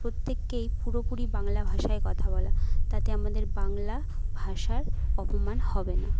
প্রত্যেককেই পুরোপুরি বাংলা ভাষায় কথা বলা তাতে আমাদের বাংলা ভাষার অপমান হবে না